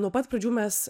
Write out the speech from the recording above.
nuo pat pradžių mes